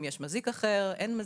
אם יש מזיק אחר או לא,